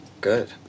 Good